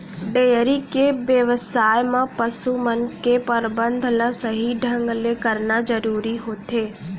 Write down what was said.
dairy के बेवसाय म पसु मन के परबंध ल सही ढंग ले करना जरूरी होथे